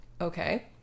Okay